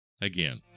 Again